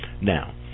now